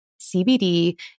CBD